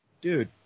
dude